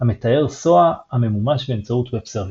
המתאר SOA הממומש באמצעות Web Services.